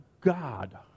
God